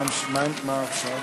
ההצעה להעביר